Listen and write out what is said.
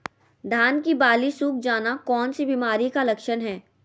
धान की बाली सुख जाना कौन सी बीमारी का लक्षण है?